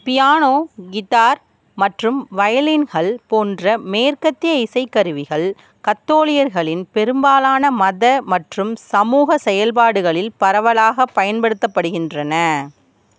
piano guitar மற்றும் வயலின்கள் போன்ற மேற்கத்திய இசைக்கருவிகள் கத்தோலிகர்களின் பெரும்பாலான மத மற்றும் சமூக செயல்பாடுகளில் பரவலாகப் பயன்படுத்தப்படுகின்றன